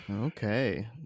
okay